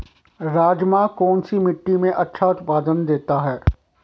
राजमा कौन सी मिट्टी में अच्छा उत्पादन देता है?